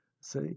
See